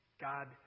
God